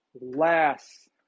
last